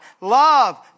Love